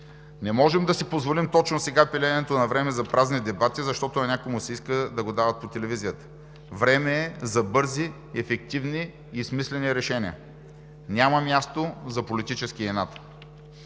Не можем да си позволим точно сега пилеенето на време за празни дебати, защото на някой му се иска да го дават по телевизията. Време е за бързи, ефективни и смислени решения. Няма място за политически инат.